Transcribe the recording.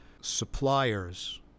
suppliers